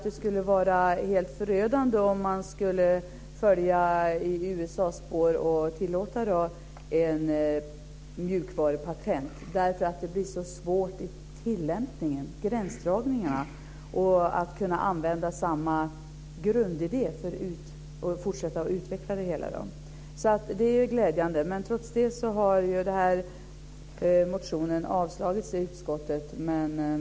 Det skulle vara helt förödande om man skulle följa i USA:s spår och tillåta mjukvarupatent. Det blir så svår tillämpning, med gränsdragningar. Det blir svårt att använda samma grundidé för att fortsätta att utveckla det. Trots det har motionen avslagits i utskottet.